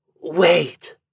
Wait